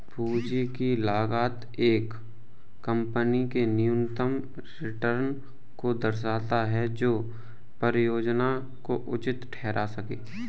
पूंजी की लागत एक कंपनी के न्यूनतम रिटर्न को दर्शाता है जो परियोजना को उचित ठहरा सकें